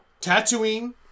Tatooine